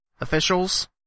officials